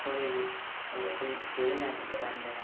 कलेजहरू चाहिँ धेरै नानीहरू चाहिँ जाँदैन